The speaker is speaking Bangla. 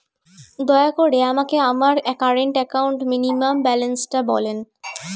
দয়া করে আমাকে আমার কারেন্ট অ্যাকাউন্ট মিনিমাম ব্যালান্সটা বলেন